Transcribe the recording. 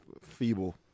Feeble